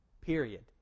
period